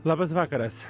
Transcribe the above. labas vakaras